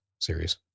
series